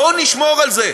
בואו נשמור על זה,